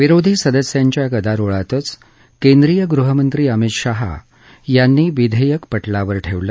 विरोधी सदस्यांच्या गदारोळातच केंद्रीय गृहमंत्री अमित शहा यांनी विधेयक पटलावर ठेवलं